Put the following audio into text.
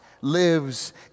lives